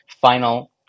final